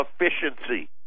efficiency